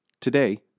Today